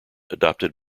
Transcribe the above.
adopted